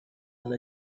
and